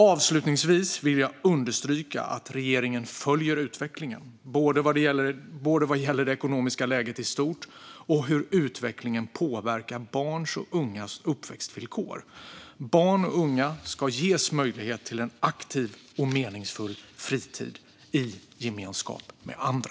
Avslutningsvis vill jag understryka att regeringen följer utvecklingen både vad gäller det ekonomiska läget i stort och hur utvecklingen påverkar barns och ungas uppväxtvillkor. Barn och unga ska ges möjlighet till en aktiv och meningsfull fritid i gemenskap med andra.